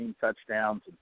touchdowns